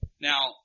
Now